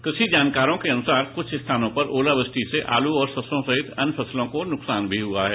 कृषि जानकारों के अनुसार कुछ स्थानों पर ओलावृदि से आलू और सरसों सहित अन्य फसलों को नुकसान भी हुआ है